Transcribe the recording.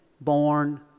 born